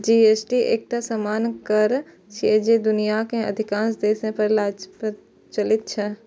GST एकटा सामान्य कर छियै, जे दुनियाक अधिकांश देश मे प्रचलित छै